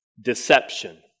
Deception